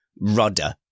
rudder